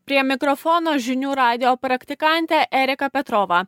prie mikrofono žinių radijo praktikantė erika petrova